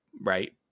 Right